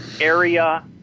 area